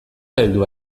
heldu